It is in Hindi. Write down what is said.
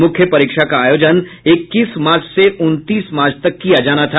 मुख्य परीक्षा का आयोजन इक्कीस मार्च से उनतीस मार्च तक किया जाना था